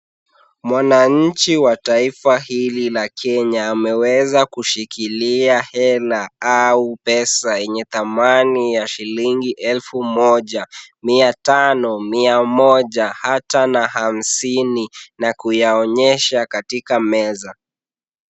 Mwananchi wa taifa hili la Kenya, ameweza kushikilia hela au pesa yenye thamani ya shilingi elfu moja, mia tano, mia moja hata na hamsini na kuyaonyesha katika meza.